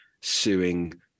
suing